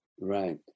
Right